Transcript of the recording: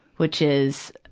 which is,